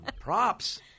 props